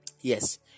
Yes